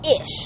ish